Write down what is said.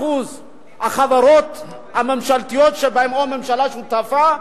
מ-80% החברות הממשלתיות שהממשלה שותפה בהן,